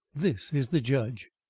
this is the judge.